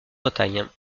bretagne